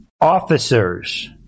officers